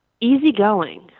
easygoing